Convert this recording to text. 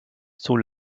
sont